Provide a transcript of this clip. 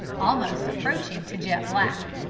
almost approaching to jet-black.